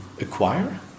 acquire